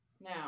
now